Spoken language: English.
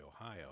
Ohio